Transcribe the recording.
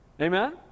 Amen